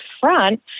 front